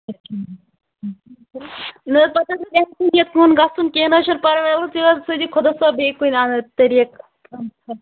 نہ حظ پتہٕ حظ اسہِ کُن گَژھُن کیٚنٛہہ نہَ حظ چھُنہٕ پَرواے ولہٕ حظ نیر سوزی خۄدا صٲب بیٚیہِ کُنہِ رَنٛگہٕ طٔریٖقہٕ